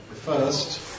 first